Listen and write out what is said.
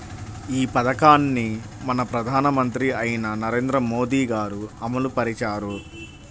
ఈ పథకాన్ని మన ప్రధానమంత్రి అయిన నరేంద్ర మోదీ గారు అమలు పరిచారు